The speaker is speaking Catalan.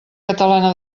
catalana